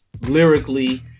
lyrically